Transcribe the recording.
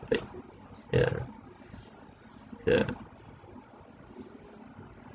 like yeah yeah